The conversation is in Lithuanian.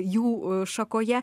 jų šakoje